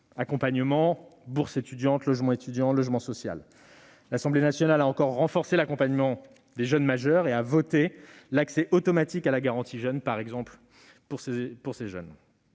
accompagnement, bourse étudiante, logement étudiant, logement social. L'Assemblée nationale a encore renforcé l'accompagnement des jeunes majeurs, en votant par exemple l'accès automatique à la garantie jeunes pour ces jeunes.